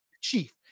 chief